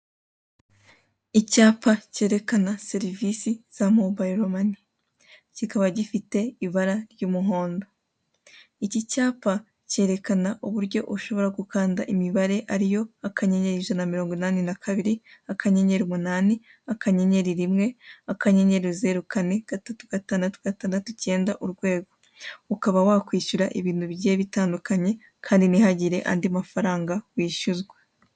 Icyapa cyerekana serevise za Mobile Money, kikaba gifite ibara ry'umuhondo , ikicyapa kerekana uburyo ushobora gukanda akanyenyeri ijana mirogwinani na kabiri akanyenyeri umunani akanyenyeri rimwe akanyenyeri zeru, kane, gatatu, gatandatu, gatandatu, ikenda urwego ukaba wakwishyura ibinti bigiye bitandukanye kandi ntihangire andi mafaranga wishyura.